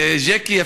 ז'קי.